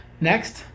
Next